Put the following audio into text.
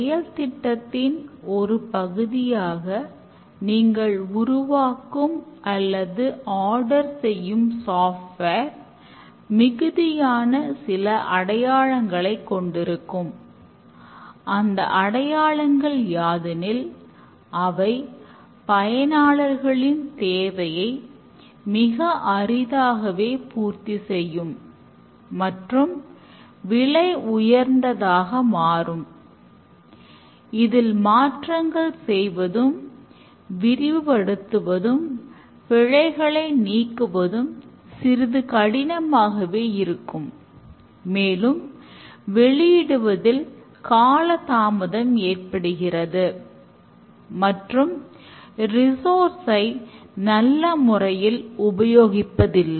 செயல்திட்டத்தின் ஒரு பகுதியாக நீங்கள் உருவாக்கும் அல்லது ஆடர் நல்ல முறையில் உபயோகிப்பதில்லை